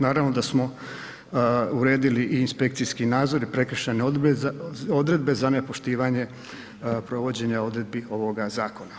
Naravno da smo uredili i inspekcijski nadzor i prekršajne odredbe za nepoštivanje provođenja odredbi ovog zakona.